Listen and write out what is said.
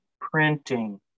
printing